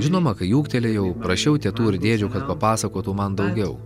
žinoma kai ūgtelėjau prašiau tetų ir dėdžių kad papasakotų man daugiau